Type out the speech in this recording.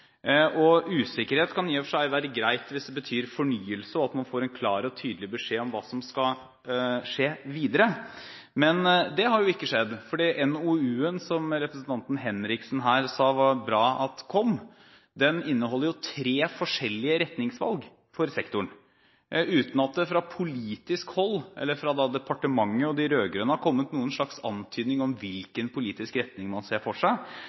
sektoren. Usikkerhet kan i og for seg være greit hvis det betyr fornyelse, og at man får en klar og tydelig beskjed om hva som skal skje videre, men det har jo ikke skjedd. NOU-en, som representanten Henriksen sa var bra at kom, inneholder jo tre forskjellige retningsvalg for sektoren uten at det fra politisk hold eller fra departementet og de rød-grønne, har kommet noen slags antydning om hvilken politisk retning man ser for seg,